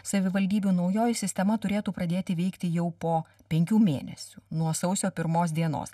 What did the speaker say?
savivaldybių naujoji sistema turėtų pradėti veikti jau po penkių mėnesių nuo sausio pirmos dienos